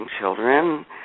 children